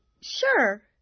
sure